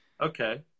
Okay